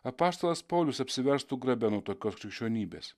apaštalas paulius apsiverstų grabe nuo tokios krikščionybės